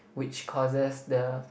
which causes the